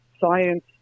science